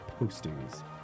postings